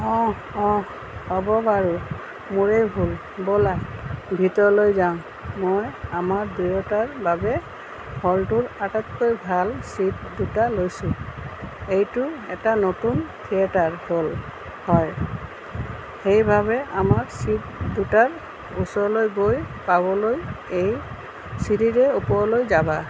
অঁ অঁ হ'ব বাৰু মোৰেই ভুল ব'লা ভিতৰলৈ যাওঁ মই আমাৰ দুয়োটাৰ বাবে হলটোৰ আটাইতকৈ ভাল ছিট দুটা লৈছোঁ এইটো এটা নতুন থিয়েটাৰ হল হয় সেইবাবে আমাৰ ছিট দুটাৰ ওচৰলৈ গৈ পাবলৈ এই চিৰিৰে ওপৰলৈ যাবা